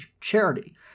charity